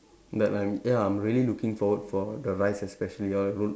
but I'm ya I'm really looking forward for the rides especially ya roll~